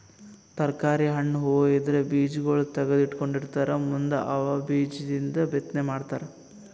ತರ್ಕಾರಿ, ಹಣ್ಣ್, ಹೂವಾ ಇದ್ರ್ ಬೀಜಾಗೋಳ್ ತಗದು ಇಟ್ಕೊಂಡಿರತಾರ್ ಮುಂದ್ ಅವೇ ಬೀಜದಿಂದ್ ಬಿತ್ತನೆ ಮಾಡ್ತರ್